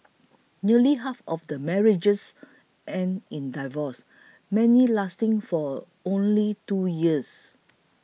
nearly half the marriages end in divorce many lasting for only two years